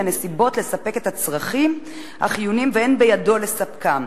הנסיבות לספק את הצרכים החיוניים ואין בידו לספקם.